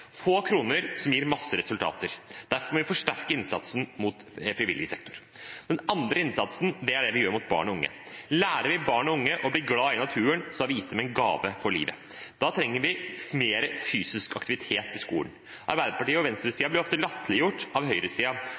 få kroner – som gir mange resultater. Derfor må vi forsterke innsatsen i frivillig sektor. Den andre innsatsen er altså det vi gjør for barn og unge. Lærer vi barn og unge å bli glad i naturen, har vi gitt dem en gave for livet. Da trenger vi mer fysisk aktivitet i skolen. Arbeiderpartiet og venstresiden blir ofte latterliggjort av